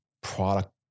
product